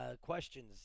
questions